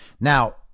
Now